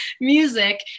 music